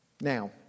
Now